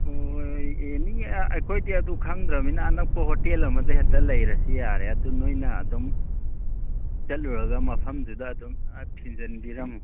ꯍꯣꯏ ꯑꯦꯅꯤ ꯑꯥ ꯑꯩꯈꯣꯏꯗꯤ ꯑꯗꯨ ꯈꯪꯗꯕꯅꯤꯅ ꯑꯅꯛꯄ ꯍꯣꯇꯦꯜ ꯑꯃꯗ ꯍꯦꯛꯇ ꯂꯩꯔꯁꯤ ꯌꯥꯔꯦ ꯑꯗꯨ ꯅꯣꯏꯅ ꯑꯗꯨꯝ ꯆꯠꯂꯨꯔꯒ ꯃꯐꯝꯗꯨꯗ ꯑꯗꯨꯝ ꯑꯥ ꯊꯤꯟꯖꯤꯟꯕꯤꯔꯝꯎ